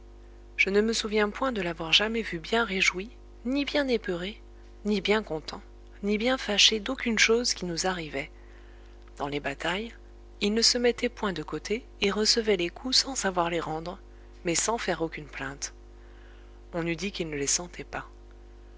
je ne me souviens point de l'avoir jamais vu bien réjoui ni bien épeuré ni bien content ni bien fâché d'aucune chose qui nous arrivait dans les batailles il ne se mettait point de côté et recevait les coups sans savoir les rendre mais sans faire aucune plainte on eût dit qu'il ne les sentait pas